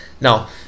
Now